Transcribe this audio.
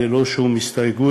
ללא שום הסתייגות,